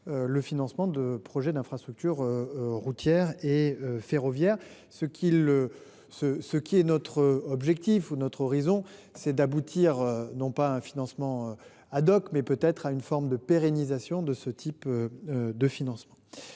le financement de projets d’infrastructures routières et ferroviaires. Notre horizon est d’aboutir non pas à un financement, mais peut être à une forme de pérennisation de ce type de financement.